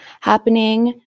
happening